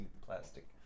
plastic